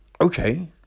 okay